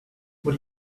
what